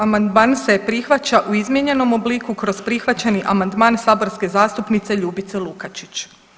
Amandman se prihvaća u izmijenjenom obliku kroz prihvaćeni amandman saborske zastupnice Ljubice Lukačić.